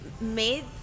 made